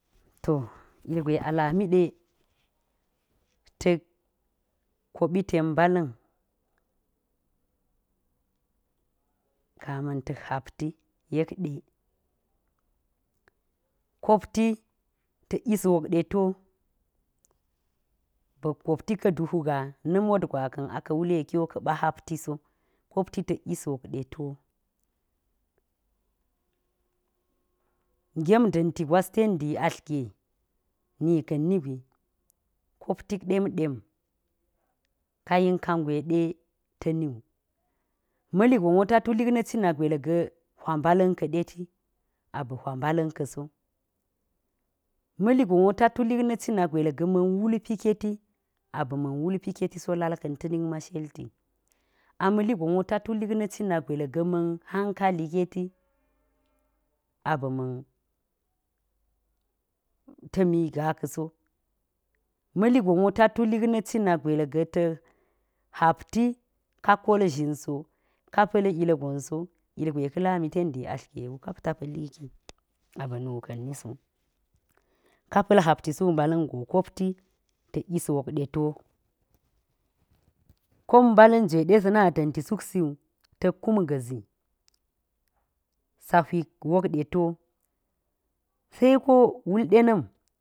Ugwe a lami de tak koɓi ten mbala̱n kama̱n ta̱k hapti kopti ta̱k yes wok ɗe tiwo ba̱k kap laka duhu gaa ma̱ mot gwaka̱n aka̱ wule ka kaba̱ haptiso, kpti tek yes wokde tiwo ngem da̱nti gwas tendiatl ge nika̱n nigwi kopti ɗem-ɗem kayen kangwe de ta̱niwu. Ma̱ligonwo ta tulik na cina gwel ga hwa mbala̱n ka̱de ti ba̱ hwa mbala̱n kaso. Ma̱ligonwo tali nacina gwel ga ma̱n wulpi keti aba̱ ma̱n wulp ke ta̱so lak ka̱n ta nik ma sheli a ma̱li gonwo tatulik na cina gwel ga̱ ma̱n hankali keti aba man gaa ka̱so ma̱ligon wo ta tulikna cini gwel ga̱ ta tak hupti kapo kal zhingo ka pa̱l ilgonso ilgwe kalami ten di ati ge wa kap ta pa̱li ki aba̱ nu ka̱n niso. Ka pa̱l hopti suk mbala̱ngo kopti tik yis wok de tiwo. Kop mbala̱n jwe de sena da̱nti suksiwu ta̱k kan ga̱zi sa hwik wokde ti wo seko wulde dena̱m.